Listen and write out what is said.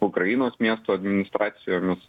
ukrainos miesto administracijomis